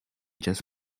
just